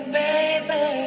baby